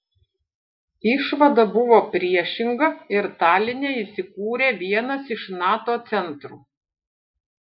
išvada buvo priešinga ir taline įsikūrė vienas iš nato centrų